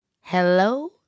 Hello